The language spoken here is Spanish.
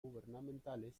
gubernamentales